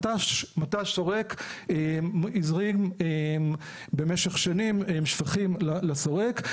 מט"ש שורק הזרים במשך שנים שפכים לשורק.